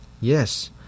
Yes